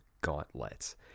Gauntlet